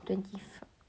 twenty four